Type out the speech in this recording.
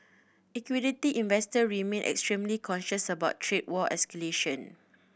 equity investor remain extremely cautious about trade war escalation